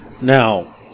Now